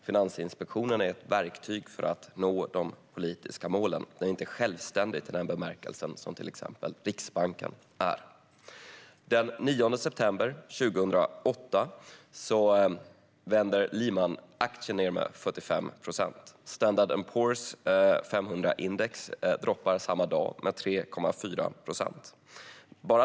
Finansinspektionen är ett verktyg för att nå de politiska målen. Den är inte självständig i den bemärkelse som till exempel Riksbanken är. Den 9 september 2008 vänder Lehmanaktien ned med 45 procent. Standard and Poors 500-index droppar samma dag med 3,4 procent.